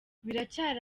biracyari